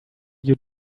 you